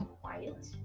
quiet